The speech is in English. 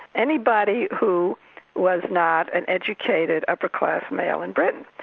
anybody who was not an educated, upper-class male in britain.